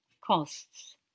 costs